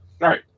Right